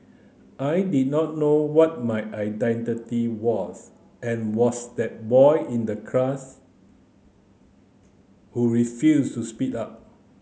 I did not know what my identity was and was that boy in the class who refused to speak up